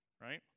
right